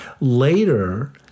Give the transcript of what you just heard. Later